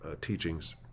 teachings